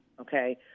okay